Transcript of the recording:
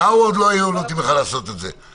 יאיר, בהרווארד לא היו נותנים לך לעשות את זה.